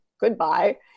Goodbye